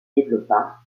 développa